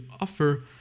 offer